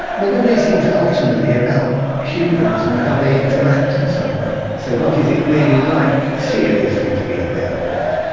but all these things are ultimately about humans and how they interact in some way. so what is it really like, seriously, to be a werewolf?